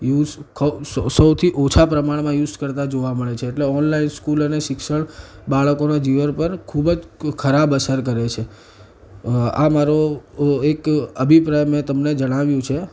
use સૌથી ઓછા પ્રમાણમાં યુઝ કરતાં જોવા મળે છે એટલે ઓનલાઈન સ્કૂલ અને શિક્ષણ બાળકોનાં જીવન પર ખૂબ જ ખરાબ અસર કરે છે આ મારો એક અભિપ્રાય મેં તમને જણાવ્યું છે